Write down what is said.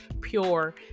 pure